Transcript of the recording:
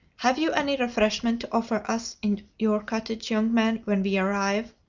have you any refreshment to offer us in your cottage, young man, when we arrive?